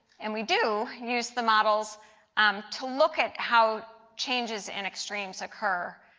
and we do use the models um to look at how changes in extremes occur.